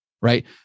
Right